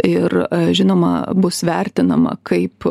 ir žinoma bus vertinama kaip